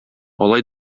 алай